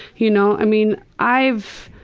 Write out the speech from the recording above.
you know, i mean, i've,